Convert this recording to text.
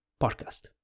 podcast